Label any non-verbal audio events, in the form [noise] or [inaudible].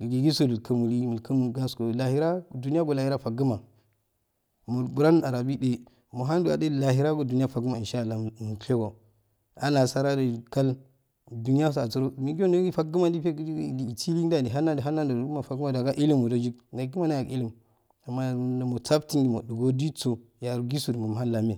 Jisaju kumnli mukumukasko lahira juniya ko lahira fagma muburam arabiode muh and agije lahira ko juniya a fagma inshallah mushego anasara yekal juniayaso asoromekiyo nunjo ragma [unintelligible] ise lendaju ihan nan jo nan jo juma ilumu joyik a aki ma mahan ilum amma musartin ojugodiso yaro jiso jo mahan nama